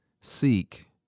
seek